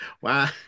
Wow